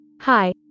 Hi